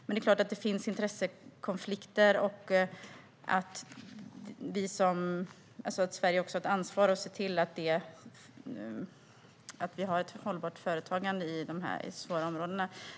Men det är klart att det finns intressekonflikter och att Sverige har ett ansvar att se till vi har ett hållbart företagande i de svåra områdena.